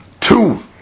two